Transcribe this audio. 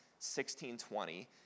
1620